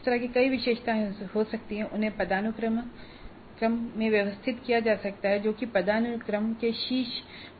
इस तरह की कई विशेषताएँ हो सकती हैं और उन्हें पदानुक्रम में व्यवस्थित किया जा सकता है जो कि पदानुक्रम के शीर्ष